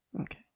okay